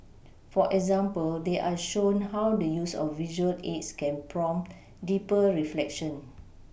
for example they are shown how the use of visual aids can prompt deeper reflection